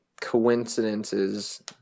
coincidences